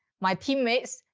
my teammates,